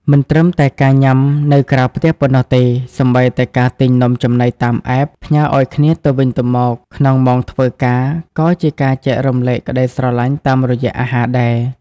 មិនត្រឹមតែការញ៉ាំនៅក្រៅផ្ទះប៉ុណ្ណោះទេ សូម្បីតែការទិញនំចំណីតាម App ផ្ញើឱ្យគ្នាទៅវិញទៅមកក្នុងម៉ោងធ្វើការ ក៏ជាការចែករំលែកក្តីស្រឡាញ់តាមរយៈអាហារដែរ។